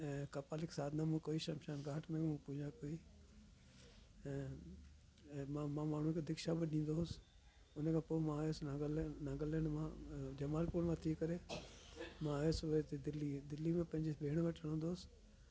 ऐं कपालिक साधना में कोई शमशाम घाट में पूॼा कई ऐं मां मां माण्हू खे दीक्षा बि ॾींदो हुउसि उन खां पोइ मां आयुसि नागा नागालैण्ड मां जमालपुर मां थी करे मां आयुसि वरी हिते दिल्ली दिल्ली में पंहिंजी भेण वटि रहंदो हुउसि